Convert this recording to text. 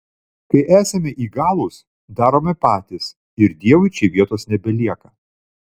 kai esame įgalūs darome patys ir dievui čia vietos nebelieka